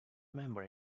member